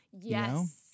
Yes